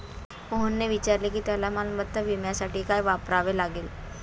मोहनने विचारले की त्याला मालमत्ता विम्यासाठी काय करावे लागेल?